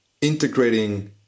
integrating